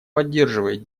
поддерживает